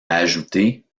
ajoutées